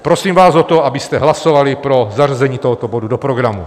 Prosím vás o to, abyste hlasovali pro zařazení tohoto bodu do programu.